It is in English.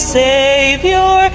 savior